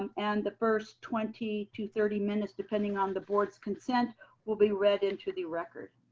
um and the first twenty to thirty minutes depending on the board's consent will be read into the record.